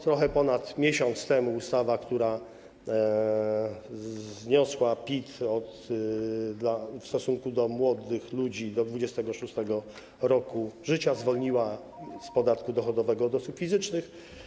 Trochę ponad miesiąc temu była ustawa, która zniosła PIT w stosunku do młodych ludzi - do 26. roku życia, zwolniła ich z podatku dochodowego od osób fizycznych.